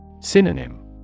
Synonym